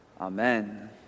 Amen